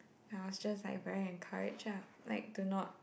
I was just like very encouraged ah like do not